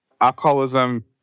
alcoholism